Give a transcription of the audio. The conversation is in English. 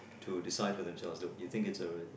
to decide for the child though you think it's uh